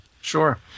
Sure